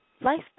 life